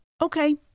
Okay